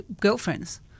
girlfriends